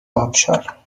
آبشار